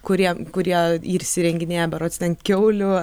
kurie kurie įsirenginėja berods ten kiaulių